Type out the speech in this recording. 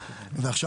עבודה.